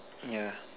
yeah